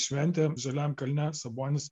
šventė žaliam kalne sabonis